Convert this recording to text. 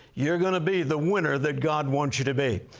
you're going to be the winner that god wants you to be.